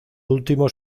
últimos